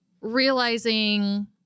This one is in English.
realizing